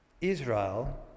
Israel